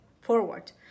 forward